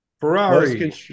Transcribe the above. Ferrari